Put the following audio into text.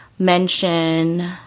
mention